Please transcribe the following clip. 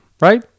right